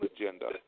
agenda